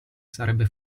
sarebbe